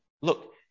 look